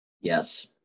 Yes